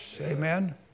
Amen